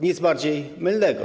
Nic bardziej mylnego.